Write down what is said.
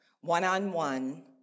one-on-one